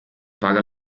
paga